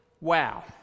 Wow